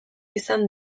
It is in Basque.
izan